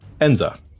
Enza